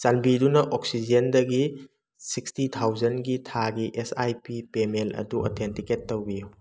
ꯆꯥꯟꯕꯤꯗꯨꯅ ꯑꯣꯛꯁꯤꯖꯦꯟꯗꯒꯤ ꯁꯤꯛꯁꯇꯤ ꯊꯥꯎꯖꯟꯒꯤ ꯊꯥꯒꯤ ꯑꯦꯁ ꯑꯥꯏ ꯄꯤ ꯄꯦꯃꯦꯟ ꯑꯗꯨ ꯑꯧꯊꯦꯟꯇꯤꯀꯦꯠ ꯇꯧꯕꯤꯌꯨ